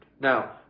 Now